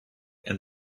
and